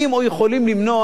או יכולים למנוע,